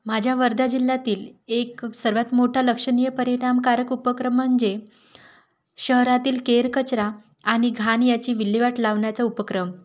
माझ्या वर्धा जिल्ह्यातील एक सर्वात मोठा लक्षणीय परिणामकारक उपक्रम म्हणजे शहरातील केरकचरा आणि घाण याची विल्हेवाट लावण्याचा उपक्रम